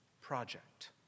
project